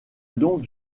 donc